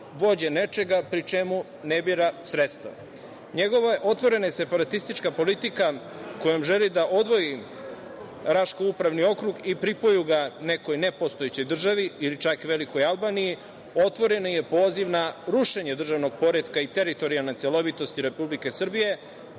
vođa nečega, pri čemu ne bira sredstva. Njegova otvorena separatistička politika kojom želi da odvoji Raški upravni okrug i pripoji ga nekoj nepostojećoj državi ili čak velikoj Albaniji otvoreni je poziv na rušenje državnog poretka i teritorijalne celovitosti Republike Srbije,